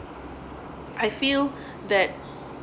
I feel that